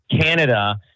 Canada